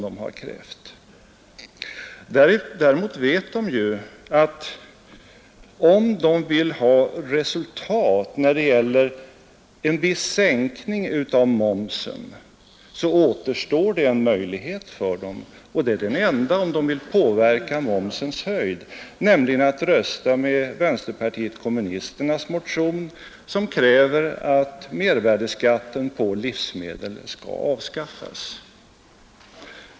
Däremot vet de att om de vill ha resultat när det gäller en viss sänkning av momsen, så återstår en möjlighet för dem, och det är den enda, nämligen att rösta för vänsterpartiet-kommunisternas motion som kräver att mervärdeskatten på livsmedel skall avskaffas.